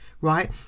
right